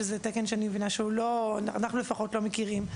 שזה תקן שאנחנו לפחות לא מכירים,